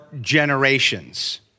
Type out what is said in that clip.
generations